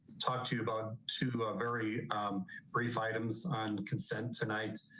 talk to you about two very brief items on consent tonight.